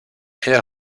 elle